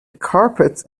carpet